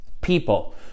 people